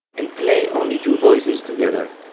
and play only two voices together,